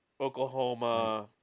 Oklahoma